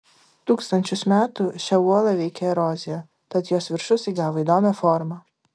tūkstančius metų šią uolą veikė erozija tad jos viršus įgavo įdomią formą